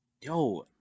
Yo